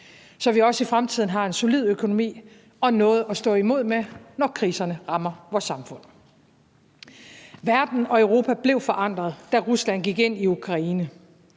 så vi også i fremtiden har en solid økonomi og noget at stå imod med, når kriserne rammer vores samfund. Verden og Europa blev forandret, da Rusland gik ind i Ukraine.